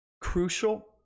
crucial